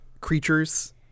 creatures